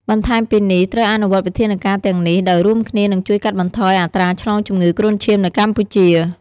បន្ថែមពីនេះ ត្រូវអនុវត្តវិធានការទាំងនេះ ដោយរួមគ្នានឹងជួយកាត់បន្ថយអត្រាឆ្លងជំងឺគ្រុនឈាមនៅកម្ពុជា។